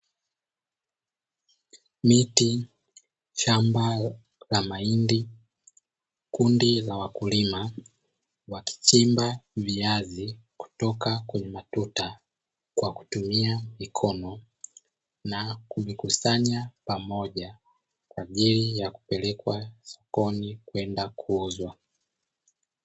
Miti; shamba la mahindi; kundi la wakulima wakichimba viazi kutoka kwenye matuta kwa kutumia mikono na kuvikusanya pamoja kwa ajili ya kupelekwa sokoni kwenda kuuzwa.